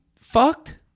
fucked